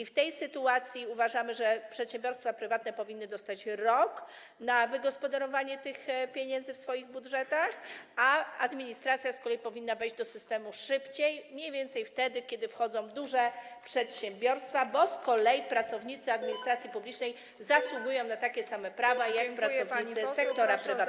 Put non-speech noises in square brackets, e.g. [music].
W tej sytuacji uważamy, że przedsiębiorstwa prywatne powinny dostać rok na wygospodarowanie tych pieniędzy w swoich budżetach, a administracja z kolei powinna wejść do systemu szybciej, mniej więcej wtedy, kiedy wchodzą duże przedsiębiorstwa, bo z kolei pracownicy administracji [noise] publicznej zasługują na takie same prawa jak pracownicy sektora prywatnego.